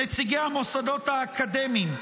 נציגי המוסדות האקדמיים,